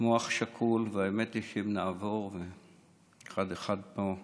בעצמו אח שכול, והאמת היא שאם נעבור אחד-אחד פה,